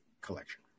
collection